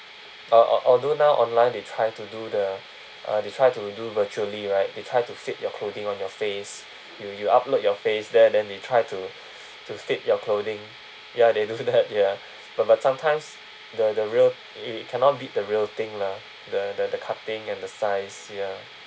uh al~ although now online they try to do the uh they try to do virtually right they try to fit your clothing on your face you you upload your face there then they try to to fit your clothing ya they do that ya but but sometimes the the real it cannot beat the real thing lah the the cutting and the size ya